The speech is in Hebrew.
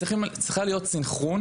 צריך להיות סנכרון